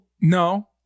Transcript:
No